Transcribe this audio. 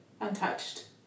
untouched